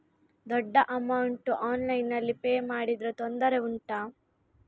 ದೊಡ್ಡ ಅಮೌಂಟ್ ಆನ್ಲೈನ್ನಲ್ಲಿ ಪೇ ಮಾಡಿದ್ರೆ ತೊಂದರೆ ಉಂಟಾ?